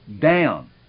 down